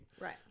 Right